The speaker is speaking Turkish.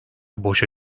boşa